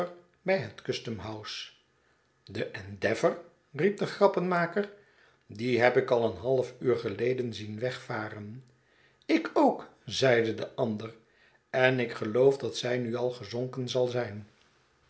bij het custom house de endeavour riep de grappenmaker die heb ik al een half uur geleden zien wegvaren ik ook zeide de ander en ik geloof dat zij nu al gezonken zal zijn